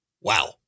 Wow